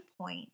point